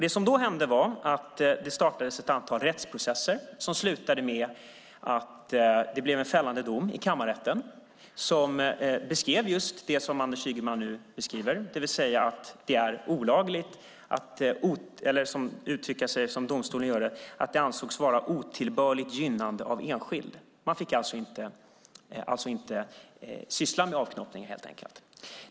Det som då hände var att det startades ett antal rättsprocesser som slutade med fällande dom i kammarrätten som beskrev just det som Anders Ygeman här beskrivit, det vill säga att det, för att uttrycka sig som domstolen, ansågs vara otillbörligt gynnande av enskild. Man fick alltså helt enkelt inte syssla med avknoppning.